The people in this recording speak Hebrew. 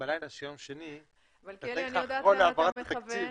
למה אתה מכוון